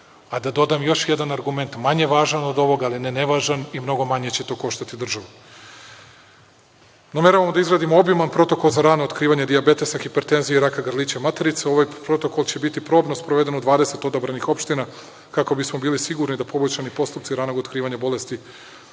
a da dodam još jedan argument, manje važan od ovoga, ali ne nevažan i mnogo manje će to koštati državu. Nameravamo da izradimo obiman protokol za rano otkrivanje dijabetesa, hipertenzije i rada grlića materice. Ovaj protokol će biti probno sproveden u 20 odabranih opština kako bismo bili sigurni da poboljšani postupci ranog otkrivanja bolesti